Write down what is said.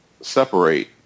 separate